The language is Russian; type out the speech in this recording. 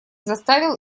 заставил